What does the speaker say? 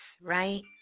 right